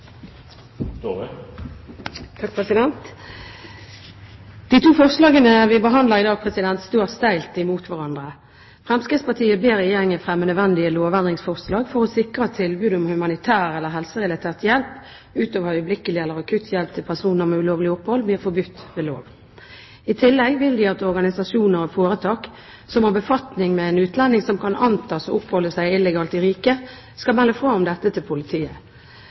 De to forslagene vi behandler i dag, står steilt imot hverandre. Fremskrittspartiet ber Regjeringen fremme nødvendige lovendringsforslag for å sikre at tilbudet om humanitær eller helserelatert hjelp utover øyeblikkelig eller akutt hjelp til personer med ulovlig opphold blir forbudt ved lov. I tillegg vil de at organisasjoner og foretak «som har befatning med en utlending som kan antas å oppholde seg illegalt i riket», skal melde fra om dette til politiet.